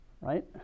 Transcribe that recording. right